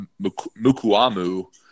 Mukuamu